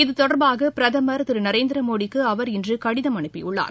இதுதொடர்பாக பிரதமர் திரு நரேந்திரமோடிக்கு அவர் இன்று கடிதம் அனுப்பியுள்ளார்